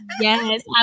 yes